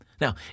Now